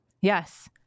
Yes